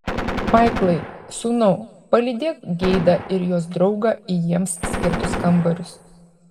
maiklai sūnau palydėk geidą ir jos draugą į jiems skirtus kambarius